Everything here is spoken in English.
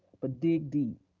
but dig deep.